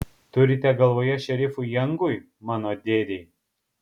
turite galvoje šerifui jangui mano dėdei